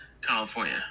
California